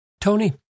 Tony